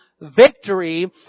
victory